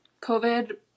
COVID